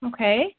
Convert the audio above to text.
Okay